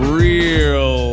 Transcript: real